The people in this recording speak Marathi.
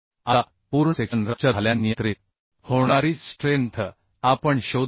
आता पूर्ण सेक्शन रप्चर झाल्याने नियंत्रित होणारी स्ट्रेंथ आपण शोधू